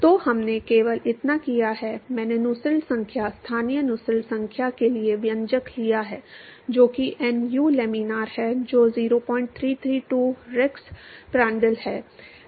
तो हमने केवल इतना किया है मैंने Nusselts संख्या स्थानीय Nusselts संख्या के लिए व्यंजक लिया है जो कि Nu लैमिनार है जो 0332 Rex Prandtl है जो 1 बटा 3 के घात में है